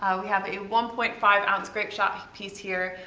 ah we have a one point five ounce grapeshot piece here,